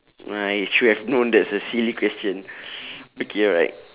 right should have known that's a silly question okay right